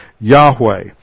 Yahweh